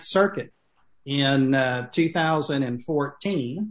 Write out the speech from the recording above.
circuit in two thousand and fourteen